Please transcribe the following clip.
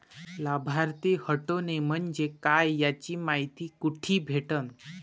लाभार्थी हटोने म्हंजे काय याची मायती कुठी भेटन?